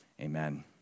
amen